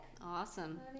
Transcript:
Awesome